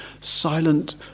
silent